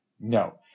No